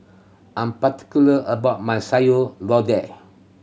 I'm particular about my Sayur Lodeh